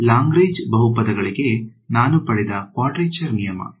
Lagrange ಬಹುಪದಗಳಿಗೆ ನಾನು ಪಡೆದ ಕ್ವಾಡ್ರೇಚರ್ ನಿಯಮ